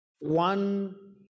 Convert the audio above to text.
one